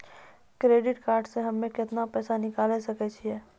Credit card से हम्मे केतना पैसा निकाले सकै छौ?